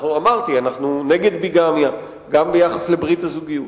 אמרתי, אנחנו נגד ביגמיה גם ביחס לברית הזוגיות.